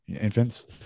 infants